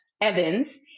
Evans